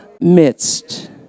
midst